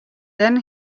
then